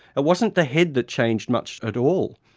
it wasn't the head that changed much at all,